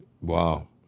Wow